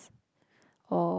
or